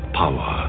power